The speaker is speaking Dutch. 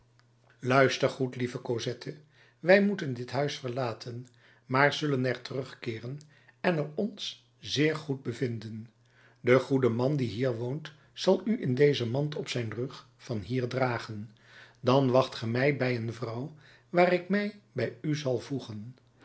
luister goed lieve cosette wij moeten dit huis verlaten maar zullen er terugkeeren en er ons zeer goed bevinden de goede man die hier woont zal u in deze mand op zijn rug van hier dragen dan wacht ge mij bij een vrouw waar ik mij bij u zal voegen